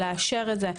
ולאשר את זה,